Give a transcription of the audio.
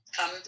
come